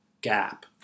gap